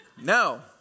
No